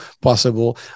possible